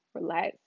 relax